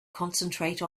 concentrate